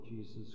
Jesus